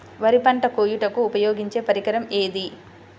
వరి పంట కోయుటకు ఉపయోగించే పరికరం ఏది?